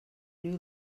new